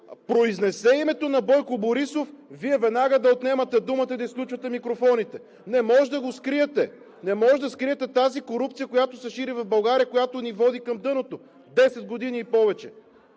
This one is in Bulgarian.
произнесе името на Бойко Борисов, Вие веднага да му отнемате думата и да изключвате микрофоните. Не можете да го скриете! Не можете да скриете корупцията, която се шири в България и която ни води към дъното повече